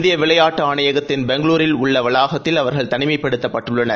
இந்திய விளையாட்டு ஆணையத்தின் பெங்களுரில் உள்ள வளாகத்தில் அவர்கள் தனிமைப்படுத்தப்பட்டுள்ளனர்